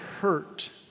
hurt